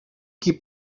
qui